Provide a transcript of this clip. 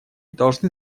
должны